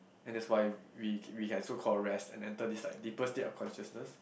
and that's why we we have so called rest and enter this like deepest state of consciousness